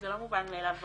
זה לא מובן מאליו בכנסת,